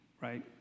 Right